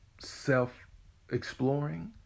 self-exploring